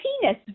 penis